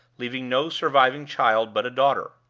leaving no surviving child but a daughter.